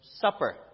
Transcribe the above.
supper